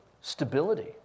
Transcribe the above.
stability